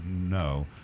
no